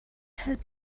had